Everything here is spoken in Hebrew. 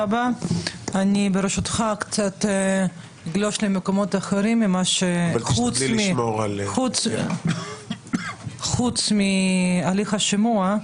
ברשותך אני קצת אגלוש למקומות אחרים חוץ מהליך השימוע.